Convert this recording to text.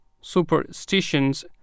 superstitions